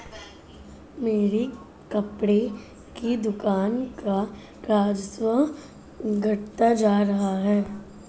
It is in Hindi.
मेरी कपड़े की दुकान का राजस्व घटता जा रहा है